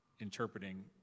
interpreting